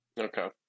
Okay